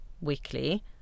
weekly